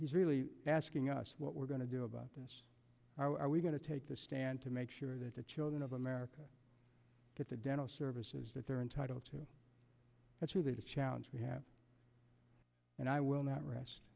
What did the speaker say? he's really asking us what we're going to do about this how are we going to take the stand to make sure that the children of america get the dental services that they're entitled to that's really the challenge we have and i will not rest